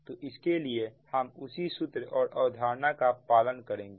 तो इसके लिए हम उसी सूत्र और अवधारणा का पालन करेंगे